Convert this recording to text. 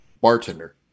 bartender